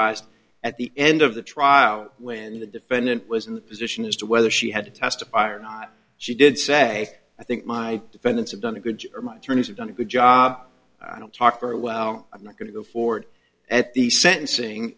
authorized at the end of the trial when the defendant was in the position as to whether she had to testify or not she did say i think my defendants have done a good or my turn to have done a good job i don't talk very well i'm not going to go forward at the sentencing